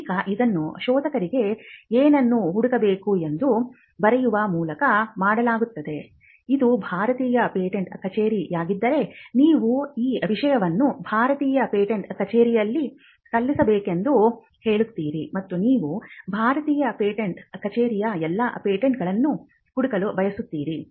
ಈಗ ಇದನ್ನು ಶೋಧಕರಿಗೆ ಏನನ್ನು ಹುಡುಕಬೇಕು ಎಂದು ಬರೆಯುವ ಮೂಲಕ ಮಾಡಲಾಗುತ್ತದೆ ಇದು ಭಾರತೀಯ ಪೇಟೆಂಟ್ ಕಚೇರಿಯಾಗಿದ್ದರೆ ನೀವು ಈ ಆವಿಷ್ಕಾರವನ್ನು ಭಾರತೀಯ ಪೇಟೆಂಟ್ ಕಚೇರಿಯಲ್ಲಿ ಸಲ್ಲಿಸಬೇಕೆಂದು ಹೇಳುತ್ತೀರಿ ಮತ್ತು ನೀವು ಭಾರತೀಯ ಪೇಟೆಂಟ್ ಕಚೇರಿಯ ಎಲ್ಲಾ ಪೇಟೆಂಟ್ಗಳನ್ನು ಹುಡುಕಲು ಬಯಸುತ್ತೀರಿ